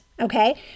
Okay